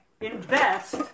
invest